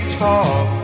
talk